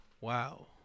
wow